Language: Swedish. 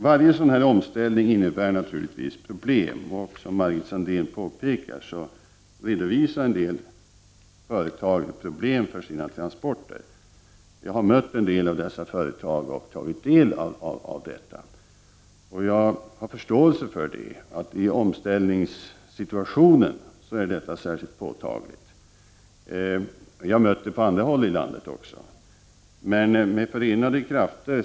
Varje sådan här omställning innebär naturligtvis problem, och, som Margit Sandéhn påpekar, en del företag redovisar problem med sina transporter. Jag har mött företrädare för en del av dessa företag och lyssnat på deras synpunkter. Jag har förståelse för att sådana problem är särskilt påtagliga i omställningssituationer. Vi har mött detta också på andra håll i landet.